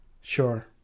Sure